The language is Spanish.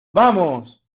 vamos